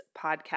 Podcast